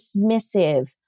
dismissive